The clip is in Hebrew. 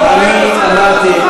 אני אמרתי,